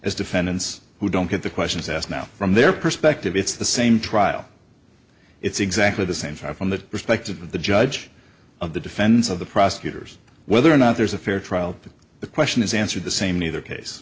as defendants who don't get the question is asked now from their perspective it's the same trial it's exactly the same five from the perspective of the judge of the defense of the prosecutor's whether or not there's a fair trial the question is answered the same either case